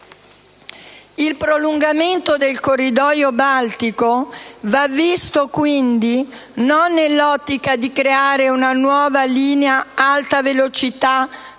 Il prolungamento del corridoio Baltico va visto quindi non nell'ottica di creare una nuova linea alta velocità‑alta